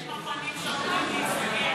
יש מכון, להיסגר.